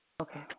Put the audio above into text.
Okay